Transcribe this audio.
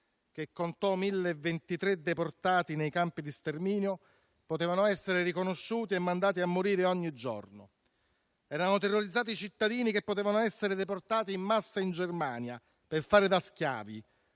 che contò 1.023 deportati portati a morire nei campi di sterminio, potevano essere riconosciuti e mandati a morire ogni giorno. Erano terrorizzati i cittadini, che potevano essere deportati in massa in Germania a fare da schiavi,